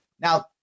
now